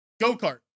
Go-kart